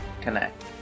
connect